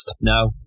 No